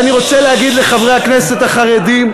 ואני רוצה להגיד לחברי הכנסת החרדים,